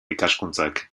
ikaskuntzak